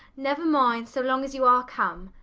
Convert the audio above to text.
never mind so long as you are come,